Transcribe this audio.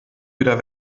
wieder